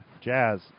jazz